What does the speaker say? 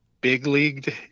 big-leagued